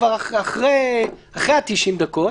כבר אחרי ה-90 דקות.